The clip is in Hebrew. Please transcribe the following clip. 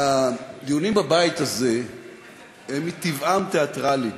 הדיונים בבית הזה הם מטבעם תיאטרליים,